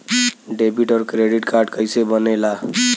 Debit और credit card कईसे बने ने ला?